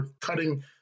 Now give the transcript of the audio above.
cutting